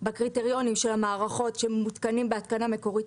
בקריטריונים של המערכות שמותקנות בהתקנה מקורית,